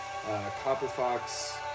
Copperfox